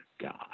God